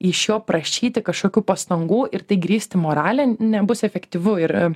iš jo prašyti kažkokių pastangų ir tai grįsti morale nebus efektyvu ir